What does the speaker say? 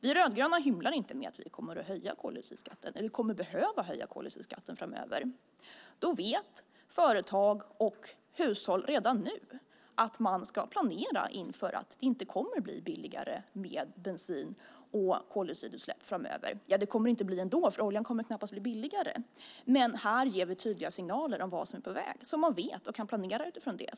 Vi rödgröna hymlar inte med att vi kommer att behöva höja koldioxidskatten framöver. Då vet företag och hushåll redan nu att de ska planera för att det inte kommer att bli billigare med bensin och koldioxidutsläpp framöver. Det kommer det visserligen inte att bli ändå, för oljan kommer knappast att bli billigare. Här ger vi dock tydliga signaler om vad som är på väg, så att man vet och kan planera utifrån det.